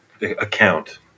account